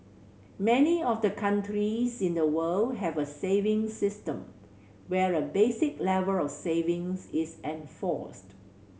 many of the countries in the world have a saving system where a basic level of saving is enforced